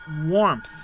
warmth